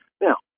Now